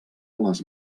les